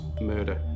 murder